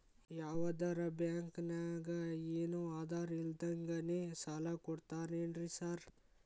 ಯಾವದರಾ ಬ್ಯಾಂಕ್ ನಾಗ ಏನು ಆಧಾರ್ ಇಲ್ದಂಗನೆ ಸಾಲ ಕೊಡ್ತಾರೆನ್ರಿ ಸಾರ್?